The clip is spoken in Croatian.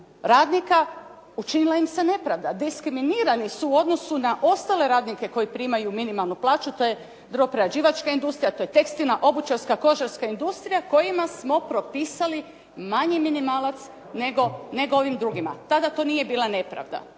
radnika učinila im se nepravda. Diskriminirani su u odnosu na ostale radnike koji primaju minimalnu plaću. To je drvno-prerađivačka industrija, to je tekstilna, obućarska, kožarska industrija kojima smo propisali manji minimalac nego ovim drugima. Tada to nije bila nepravda.